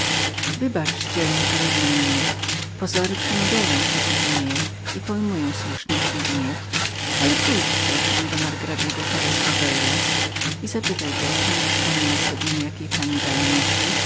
wybacz dzielny peruwianinie pozory walczą przeciw mnie i pojmuję słuszny twój gniew ale pójdź tymczasem do margrabiego torres rowellas i zapytaj go czyli nie przypomina sobie pewnej pani dalanosy